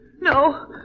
No